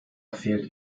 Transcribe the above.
fehlt